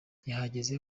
yahageze